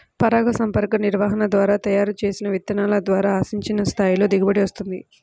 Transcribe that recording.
పరాగసంపర్క నిర్వహణ ద్వారా తయారు చేసిన విత్తనాల ద్వారా ఆశించిన స్థాయిలో దిగుబడి వస్తుంది